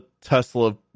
Tesla